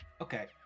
Okay